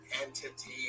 entity